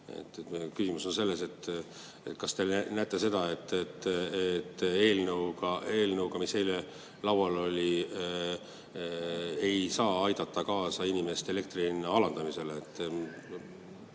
Küsimus on selles, kas te näete, et eelnõuga, mis eile laual oli, ei saa aidata kaasa, et inimestel elektri hind alaneks.